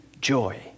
joy